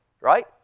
right